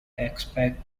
expect